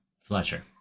Fletcher